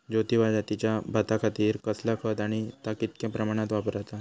ज्योती जातीच्या भाताखातीर कसला खत आणि ता कितक्या प्रमाणात वापराचा?